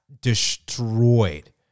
destroyed